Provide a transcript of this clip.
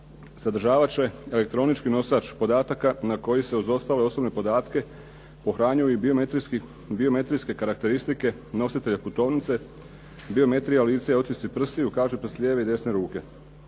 sadržavat će elektronički nosač podataka na koji se uz ostale osobne podatke pohranjuju i biometrijske karakteristike nositelja putovnice, biometrija lica i otisci prstiju kažiprst lijeve i desne ruke.